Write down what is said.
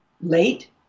late